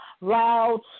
Loud